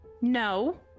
No